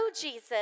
Jesus